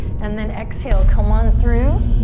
and then exhale, come on through.